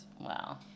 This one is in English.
Wow